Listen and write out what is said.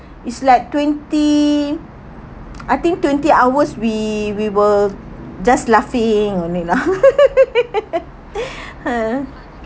it's like twenty I think twenty hours we we were just laughing only lah